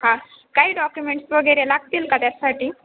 हां काही डॉक्युमेंट्स वगैरे लागतील का त्याच्यासाठी